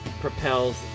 propels